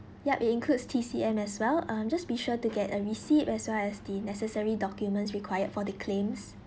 yup it includes T_C_M as well uh just be sure to get a receipt as well as the necessary documents required for the claims